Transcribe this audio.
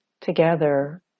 together